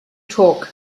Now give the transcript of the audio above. talk